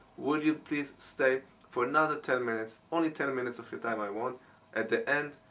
will you please stay for another ten minutes, only ten minutes of your time i want at the end.